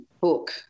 Book